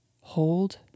hold